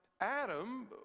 adam